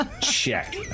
check